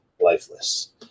lifeless